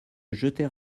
jeter